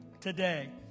today